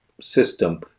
system